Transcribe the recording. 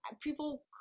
people